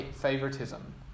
favoritism